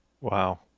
Wow